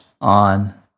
on